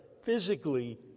physically